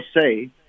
say